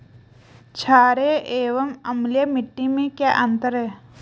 छारीय एवं अम्लीय मिट्टी में क्या अंतर है?